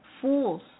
fools